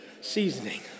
seasoning